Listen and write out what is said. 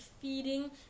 feeding